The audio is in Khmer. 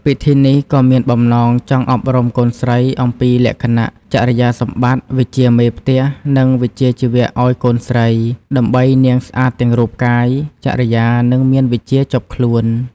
ពិធីនេះក៏មានបំណង ចង់អប់រំកូនស្រី អំពីលក្ខណៈចរិយាសម្បត្តិ វិជ្ជាមេផ្ទះ និង វិជ្ជាជីវៈឱ្យកូនស្រី ដើម្បីនាងស្អាតទាំងរូបរាងកាយ ចរិយា និងមានវិជ្ជាជាប់ខ្លួន។